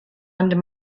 under